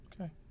Okay